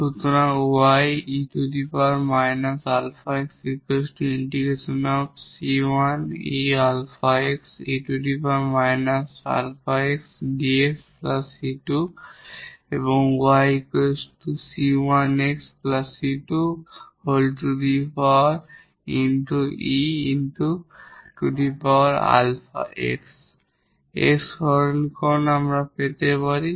সুতরাং এর সাধারণীকরণ আমরাও পেতে পারি